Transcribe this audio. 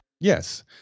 yes